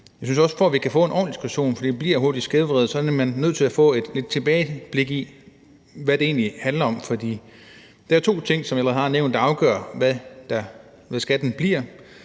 jeg synes også, for at vi kan få en ordentlig diskussion, for det bliver hurtigt skævvredet, at man er nødt til at få et tilbageblik på, hvad det egentlig handler om. For der er, som jeg allerede har nævnt, to ting, der afgør, hvad skatten bliver.